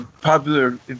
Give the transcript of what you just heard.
popular